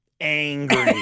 Angry